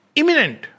imminent